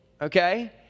okay